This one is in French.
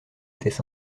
étaient